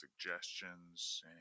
suggestions